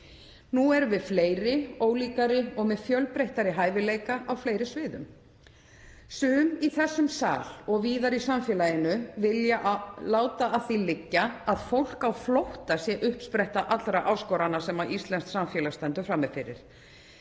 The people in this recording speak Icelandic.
Nú erum við fleiri, ólíkari og með fjölbreyttari hæfileika á fleiri sviðum. Sum í þessum sal og víðar í samfélaginu vilja láta að því liggja að fólk á flótta sé uppspretta allra áskorana sem íslenskt samfélag stendur frammi fyrir.